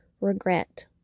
regret